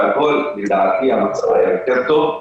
לדעתי המצב היה יותר טוב.